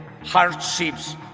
hardships